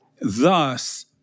Thus